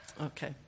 Okay